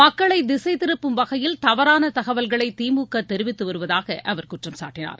மக்களவை திசை திருப்பும் வகையில் தவறான தகவல்களை திமுக தெரிவித்து வருவதாகவும் அவர் குற்றம் சாட்டனார்